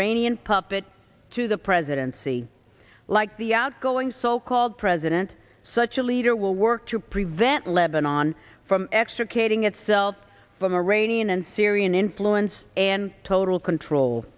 iranian puppet to the presidency like the outgoing so called president such a leader will work to prevent lebanon from extricating itself from iranian and syrian influence and total control